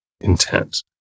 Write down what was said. intent